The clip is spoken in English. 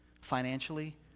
financially